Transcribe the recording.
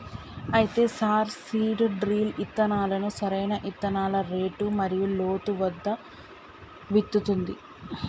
అయితే sir seed drill ఇత్తనాలను సరైన ఇత్తనాల రేటు మరియు లోతు వద్ద విత్తుతుంది